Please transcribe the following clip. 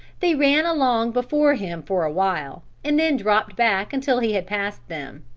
they ran along before him for a while and then dropped back until he had passed them.